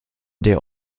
der